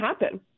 happen